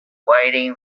waiting